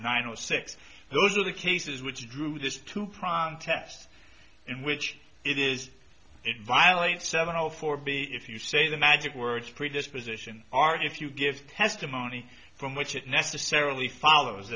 nine zero six those are the cases which drew this to prime test in which it is it violates seven zero four b if you say the magic words predisposition are if you give testimony from which it necessarily follows